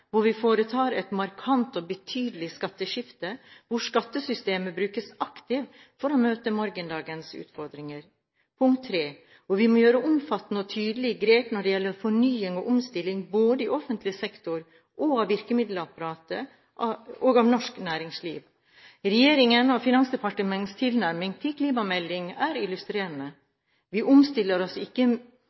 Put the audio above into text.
hvor vi foretar et markant og betydelig skatteskifte, og hvor skattesystemet brukes aktivt for å møte morgendagens utfordringer. Vi må gjøre omfattende og tydelige grep når det gjelder fornying og omstilling både av offentlig sektor, av virkemiddelapparat og av norsk næringsliv. Regjeringen og Finansdepartementets tilnærming til klimameldingen er illustrerende: Vi omstiller oss ikke